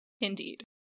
Indeed